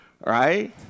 right